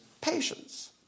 patience